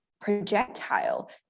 projectile